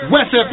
West